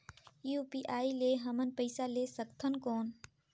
UPI ले हमन पइसा ले सकथन कौन?